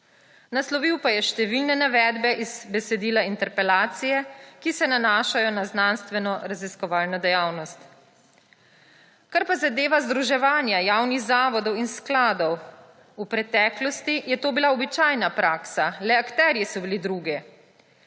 Naslovil pa je številne navedbe iz besedila interpelacije, ki se nanašajo na znanstvenoraziskovalno dejavnost. Kar pa zadeva združevanja javnih zavodov in skladov, je bila v preteklosti to običajna praksa, le akterji so bili drugi.